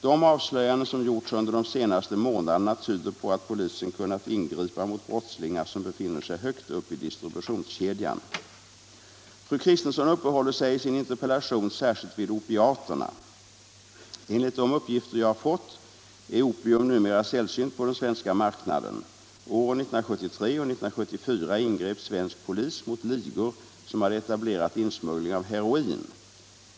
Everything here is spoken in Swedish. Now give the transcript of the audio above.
De avslöjanden som gjorts under de senaste månaderna tyder på att polisen kunnat ingripa mot brottslingar som befinner sig högt uppe i distributionskedjan. Fru Kristensson uppehåller sig i sin interpellation särskilt vid opiaterna. Enligt de uppgifter jag har fått är opium numera sällsynt på den svenska marknaden. Åren 1973 och 1974 ingrep svensk polis mot ligor som hade etablerat insmuggling av heroin.